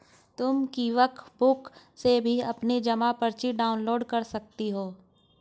तुम क्विकबुक से भी अपनी जमा पर्ची डाउनलोड कर सकती हो